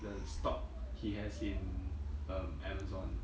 the stock he has in um amazon